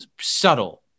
subtle